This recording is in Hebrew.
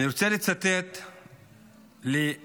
אני רוצה לצטט חוקר,